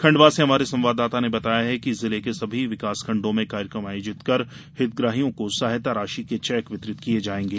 खंडवा से हमारे संवाददाता ने बताया है कि जिले के सभी विकासखंडों में कार्यक्रम आयोजित कर हितग्राहियों को सहायता राशि के चेक वितरित किये जायेंगे